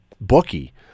bookie